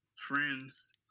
friends